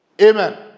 Amen